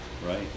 Right